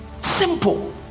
simple